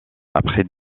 après